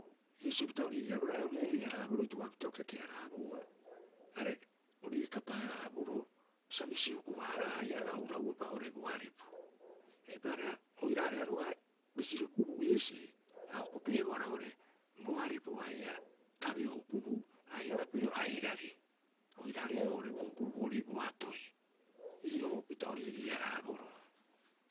Iisio pita oira riiri- haraaboroo itokopaita oira keke- haraabouba, are o riikapa- haraaboroo sa bisi huku- haaraha haia ohura'uropa oo'ore bo aripu. Eipaareha oiraareha roga'a bisi hukubuu iisii, a o hokopi'ebohara oo'ore bo aripu haia tabeo hukubuu airaba pirio airari oiraarei oo'ore bo hukubuu boorii boatoi. Ii'oo pita o riirii- haraaboroo.